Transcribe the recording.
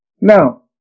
Now